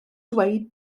dweud